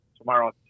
Tomorrow